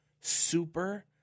Super